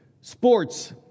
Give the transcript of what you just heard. sports